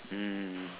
mm